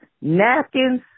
napkins